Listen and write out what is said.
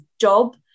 job